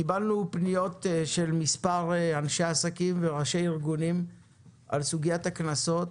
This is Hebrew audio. קיבלנו פניות של מספר אנשי עסקים וראשי ארגונים על סוגיית הקנסות.